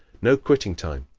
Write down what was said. no quitting time,